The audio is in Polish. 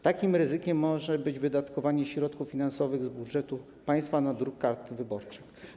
Takim ryzykiem może być wydatkowanie środków finansowych z budżetu państwa na druk kart wyborczych.